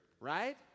right